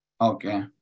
Okay